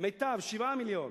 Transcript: "מיטב" 7 מיליון.